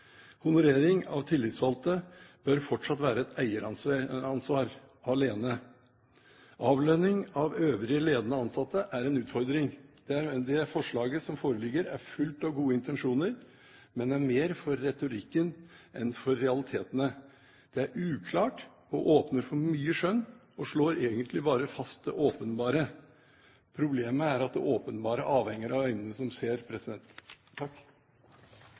Honorering av tillitsvalgte bør fortsatt være et eieransvar – alene. Avlønning av øvrige ledende ansatte er en utfordring. Det forslaget som foreligger, er fullt av gode intensjoner, men er mer for retorikken enn for realitetene. Det er uklart og åpner for mye skjønn, og slår egentlig bare fast det åpenbare. Problemet er at det åpenbare avhenger av øynene som ser.